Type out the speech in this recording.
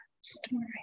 story